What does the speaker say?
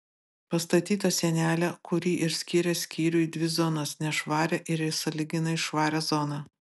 pastatyta sienelė kuri ir skiria skyrių į dvi zonas nešvarią ir į sąlyginai švarią zoną